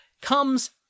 comes